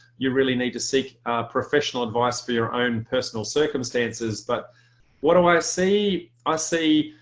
you really need to seek professional advice for your own personal circumstances but what do i see i see